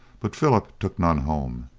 but philip took none home.